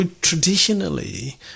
traditionally